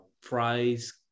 Fries